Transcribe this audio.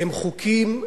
הם חוקים בזויים,